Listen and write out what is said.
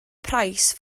price